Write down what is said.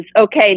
okay